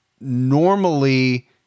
normally